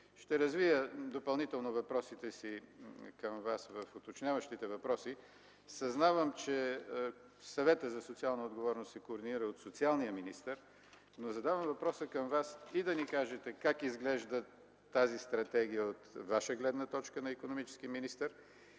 Ще развия допълнително въпросите си към Вас в уточняващите въпроси. Съзнавам, че Съветът за социална отговорност се координира от социалния министър, но задавам въпроса към Вас, за да кажете как изглежда тази стратегия от Ваша гледна точка – на икономически министър.